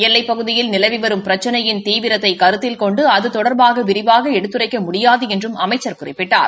எல்லைப் பகுதியில் நிலவி வரும் பிரச்சினையின் தீவிரத்தை கருத்தில் கொண்டு அது தொடர்பாக விரிவாக எடுத்துரைக்க முடியாது என்றும் அமைச்சர் குறிப்பிட்டார்